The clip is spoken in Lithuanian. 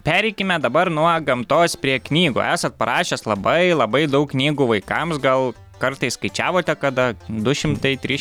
pereikime dabar nuo gamtos prie knygų esat parašęs labai labai daug knygų vaikams gal kartais skaičiavote kada du šimtai tryš